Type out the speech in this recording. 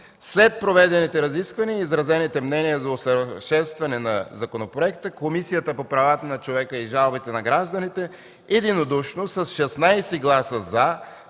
След проведените разисквания и изразените мнения за усъвършенстване на законопроекта Комисията по правата на човека и жалбите на гражданите единодушно, с 16 гласа